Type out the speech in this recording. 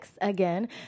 again